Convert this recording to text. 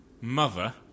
Mother